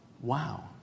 Wow